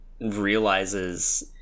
realizes